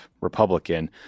Republican